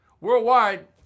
Worldwide